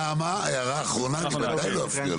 נעמה, הערה אחרונה, לא להפריע לו.